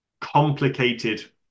complicated